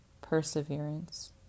Perseverance